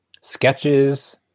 sketches